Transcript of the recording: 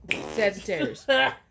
Sagittarius